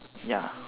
ya